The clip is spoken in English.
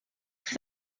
for